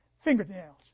fingernails